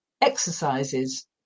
exercises